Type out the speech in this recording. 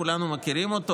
כולנו מכירים אותו.